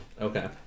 Okay